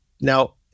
Now